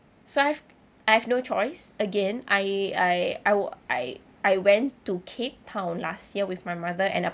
so I've I have no choice again I I were I I went to cape town last year with my mother and uh